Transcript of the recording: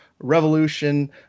Revolution